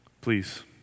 Please